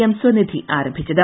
M Svanidhi ആരംഭിച്ചത്